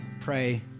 pray